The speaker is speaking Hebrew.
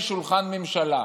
יש שולחן ממשלה.